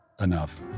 enough